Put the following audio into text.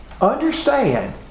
understand